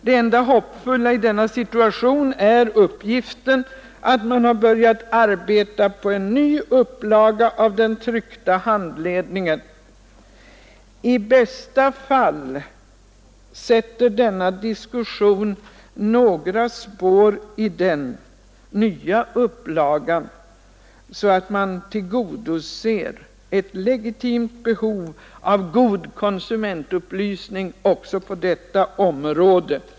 Det enda hoppfulla i denna situation är uppgiften att man har börjat arbeta på en ny upplaga av den tryckta handledningen. I bästa fall sätter denna diskussion några spår i den nya upplagan så att man tillgodoser ett legitimt behov av god konsumentupplysning också på detta område.